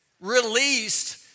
Released